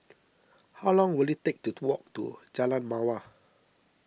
how long will it take to walk to Jalan Mawar